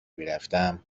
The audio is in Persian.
میرفتم